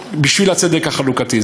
בשביל הצדק החלוקתי.